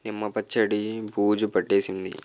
నిమ్మ పచ్చడి బూజు పట్టేసింది